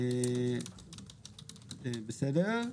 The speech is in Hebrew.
בסדר.